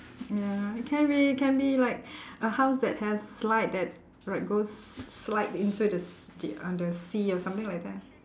ya it can be it can be like a house that has slide that like goes slide into the se~ uh the sea or something like that ah